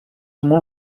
molt